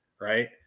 right